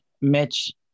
Mitch